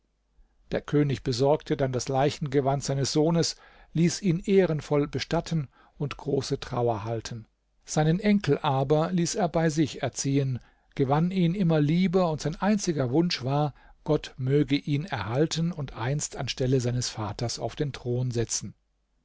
der könig besorgte dann das leichengewand seines sohnes ließ ihn ehrenvoll bestatten und große trauer halten seinen enkel aber ließ er bei sich erziehen gewann ihn immer lieber und sein einziger wunsch war gott möge ihn erhalten und einst an stelle seines vaters auf den thron setzen